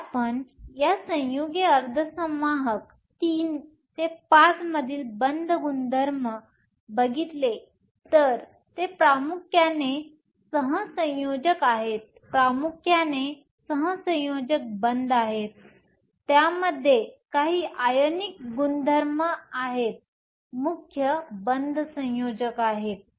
जर आपण या संयुगे अर्धसंवाहक III V मधील बंध गुणधर्म पाहिले तर ते प्रामुख्याने सहसंयोजक आहेत प्रामुख्याने सहसंयोजक बंध आहेत त्यांच्यामध्ये काही आयनिक गुणधर्म आहेत मुख्य बंध सहसंयोजक आहेत